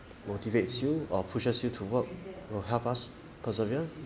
motivates you or pushes you to work will help us persevere